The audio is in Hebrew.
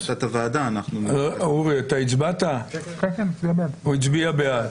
הצבעה בעד,